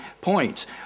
points